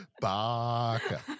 Baka